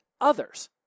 others